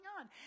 on